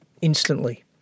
instantly